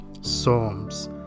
psalms